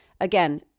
again